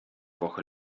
woche